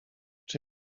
czy